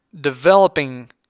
developing